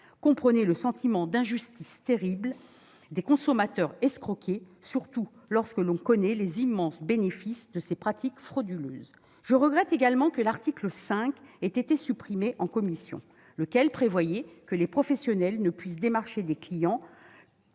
Comprenez le sentiment d'injustice terrible des consommateurs escroqués, surtout eu égard aux immenses bénéfices de ces pratiques frauduleuses ! Je regrette également que l'article 5 ait été supprimé en commission. Il prévoyait que les professionnels ne pouvaient démarcher des clients